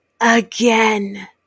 again